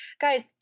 Guys